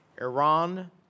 Iran